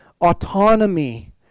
Autonomy